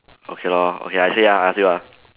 okay lor okay I say ah I ask you ah